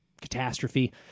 catastrophe